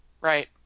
right